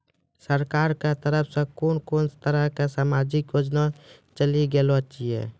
सरकारक तरफ सॅ कून कून तरहक समाजिक योजना चलेली गेलै ये?